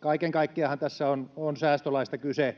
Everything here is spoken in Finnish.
Kaiken kaikkiaanhan tässä on säästölaista kyse,